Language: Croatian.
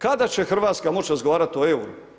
Kada će Hrvatska moći razgovarati o euru?